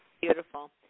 Beautiful